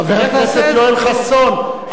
חבר הכנסת יואל חסון,